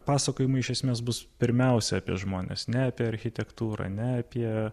pasakojimai iš esmės bus pirmiausia apie žmones ne apie architektūrą ne apie